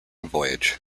voyage